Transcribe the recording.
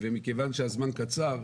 ומכיוון שהזמן קצר,